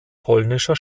polnischer